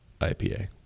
IPA